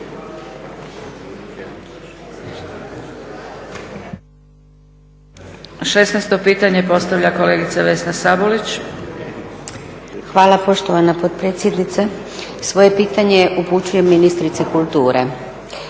16. pitanje postavlja kolegica Vesna Sabolić. **Sabolić, Vesna (HNS)** Hvala poštovana potpredsjednice. Svoje pitanje upućujem ministrici kulture.